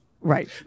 right